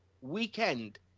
weekend